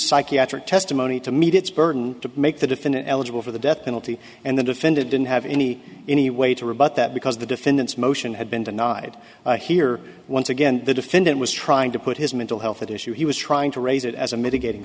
psychiatric testimony to meet its burden to make the defendant eligible for the death penalty and the defendant didn't have any any way to rebut that because the defendant's motion had been denied here once again the defendant was trying to put his mental health at issue he was trying to raise it as a mitigating